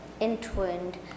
entwined